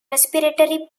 respiratory